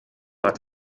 bato